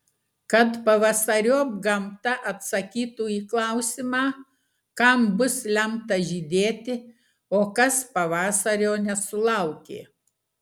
kad pavasariop gamta atsakytų į klausimą kam bus lemta žydėti o kas pavasario nesulaukė